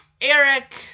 Eric